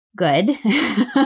good